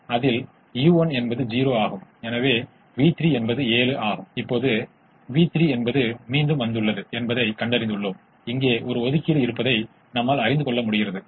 இப்போது இங்கே நான் முதன்மையான ஒரு தீர்வை வைத்திருக்கிறேன் இது 66 இன் புறநிலை செயல்பாட்டு மதிப்பைக் கொண்டுள்ளது மேலும் இரட்டைக்கு வேறுபட்ட சாத்தியமான தீர்வையும் கொண்டிருக்கிறேன் இது 66 இன் புறநிலை செயல்பாட்டு மதிப்பைக் கொண்டுள்ளது